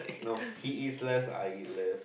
no he eats less I eat less